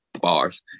bars